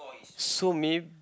so mayb~